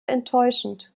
enttäuschend